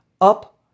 up